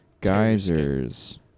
Geysers